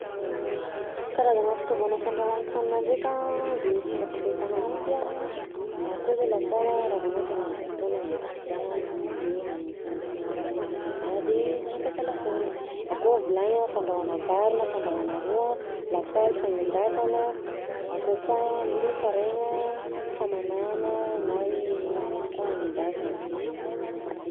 Karazana fitaovana fandrahoan-kanina ndreka an de fomba fampiasana ananjy an, akao zao lafaoro an, raha voa anao te hagnano gatô na hagnano pizza, de hagnano mofomofo raha de mampiasa lafaoro, akao vilany fandrahoana vary na fandrahoana ro an, lapoaly fanendasana, akao koa ny paraigna famanana na hoe mety koa anendasana.